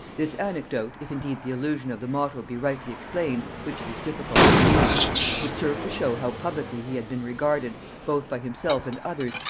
this anecdote if indeed the allusion of the motto be rightly explained, which it is difficult to believe would serve to show how publicly he had been regarded, both by himself and others,